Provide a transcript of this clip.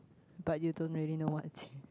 but you don't really know what's